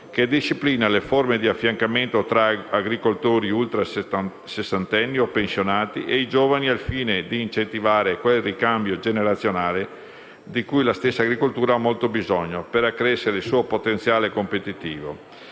che disciplina le forme di affiancamento tra agricoltori ultrasessantenni o pensionati e i giovani, al fine di incentivare quel ricambio generazionale di cui l'agricoltura ha molto bisogno per accrescere il suo potenziale competitivo.